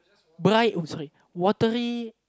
bright outside watery